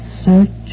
search